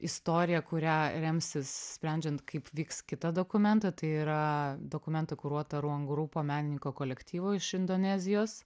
istorija kuria remsis sprendžiant kaip vyks kita dokumenta tai yra dokumenta kuruota ruang rupa menininko kolektyvo iš indonezijos